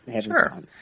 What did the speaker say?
Sure